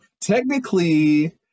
Technically